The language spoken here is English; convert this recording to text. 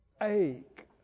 ache